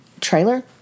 trailer